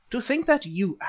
to think that you,